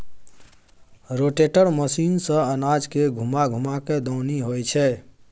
rotator machine सँ अनाज के घूमा घूमा कय दऊनी होइ छै